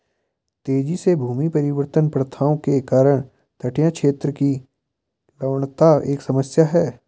तेजी से भूमि परिवर्तन प्रथाओं के कारण तटीय क्षेत्र की लवणता एक समस्या है